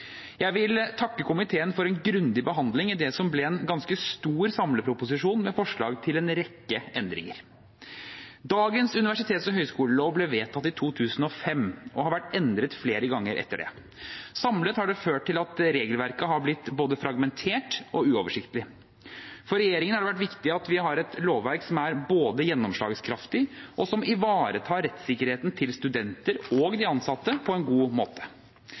Jeg vil takke komiteen for en grundig behandling av det som ble en ganske stor samleproposisjon med forslag til en rekke endringer. Dagens universitets- og høyskolelov ble vedtatt i 2005 og har vært endret flere ganger etter det. Samlet har det ført til at regelverket har blitt både fragmentert og uoversiktlig. For regjeringen har det vært viktig at vi har et lovverk som er både gjennomslagskraftig, og som ivaretar rettssikkerheten til studenter og ansatte på en god måte.